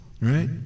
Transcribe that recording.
right